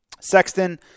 Sexton